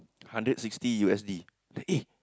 hundred sixty U_S_D eh